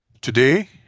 Today